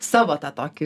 savo tą tokį